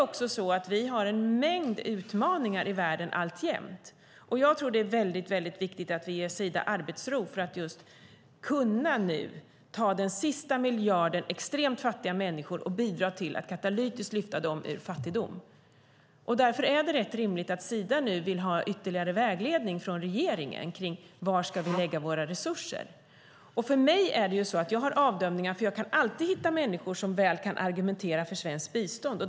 Alltjämt har vi en mängd utmaningar i världen. Jag tror att det är mycket viktigt att vi ger Sida arbetsro för att nu kunna bidra till att katalytiskt lyfta den sista miljarden extremt fattiga människor ur fattigdom. Därför är det rätt rimligt att Sida nu vill ha ytterligare vägledning från regeringen om var man ska lägga sina resurser. Jag gör avdömningar eftersom jag alltid kan hitta människor som väl kan argumentera för svenskt bistånd.